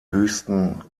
höchsten